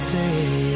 day